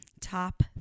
top